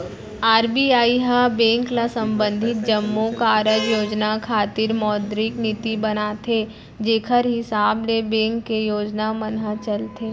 RBI ह bank ल संबंधित जम्मो कारज योजना खातिर मौद्रिक नीति बनाथे जेखर हिसाब ले बेंक के योजना मन ह चलथे